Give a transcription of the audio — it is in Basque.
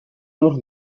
nork